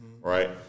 right